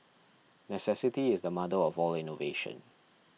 necessity is the mother of all innovation